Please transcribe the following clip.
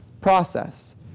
process